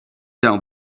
down